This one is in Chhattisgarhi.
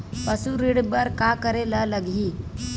पशु ऋण बर का करे ला लगही?